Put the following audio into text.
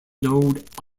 node